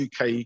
UK